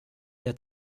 der